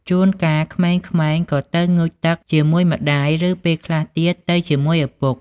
ជួនកាល ក្មេងៗក៏ទៅងូតទឹកជាមួយម្ដាយ ឬ ពេលខ្លះទៀតទៅជាមួយឪពុក។